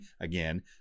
again